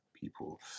people